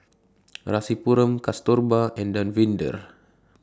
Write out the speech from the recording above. Rasipuram Kasturba and Davinder